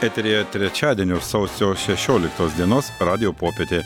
eteryje trečiadienio sausio šešioliktos dienos radijo popietė